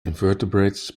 invertebrates